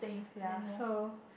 ya so